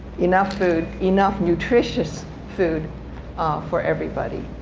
enough food, enough nutritious food for everybody.